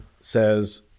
says